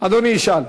אדוני ישאל.